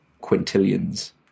quintillions